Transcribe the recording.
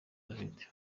dufite